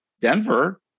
Denver